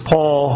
Paul